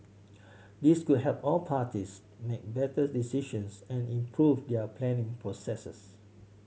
this could help all parties make better decisions and improve their planning processes